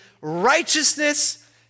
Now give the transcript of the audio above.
righteousness